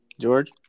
George